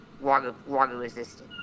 water-resistant